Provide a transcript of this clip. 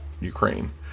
ukraine